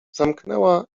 zamknęła